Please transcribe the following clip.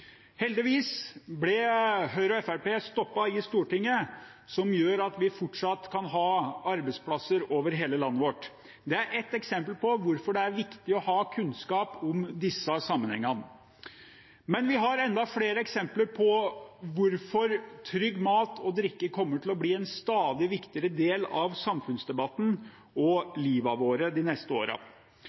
Heldigvis ble Høyre og Fremskrittspartiet stoppet i Stortinget, noe som gjør at vi fortsatt kan ha arbeidsplasser over hele landet. Det er ett eksempel på hvorfor det er viktig å ha kunnskap om disse sammenhengene. Men vi har enda flere eksempler på hvorfor trygg mat og drikke kommer til å bli en stadig viktigere del av samfunnsdebatten og livene våre de neste